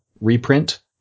reprint